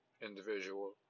individual